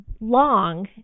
long